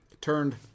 turned